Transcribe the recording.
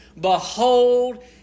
behold